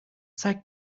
zeigt